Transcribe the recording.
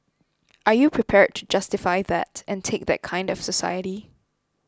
are you prepared to justify that and take that kind of society